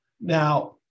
Now